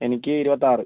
എനിക്ക് ഇരുപത്താറ്